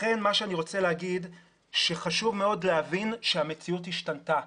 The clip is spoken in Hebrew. לכן אני רוצה לומר שחשוב מאוד להבין שהמציאות השתנתה.